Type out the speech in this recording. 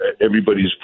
everybody's